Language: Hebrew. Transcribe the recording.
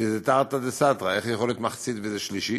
שזה תרתי דסתרי: איך יכולה להיות מחצית שלישית?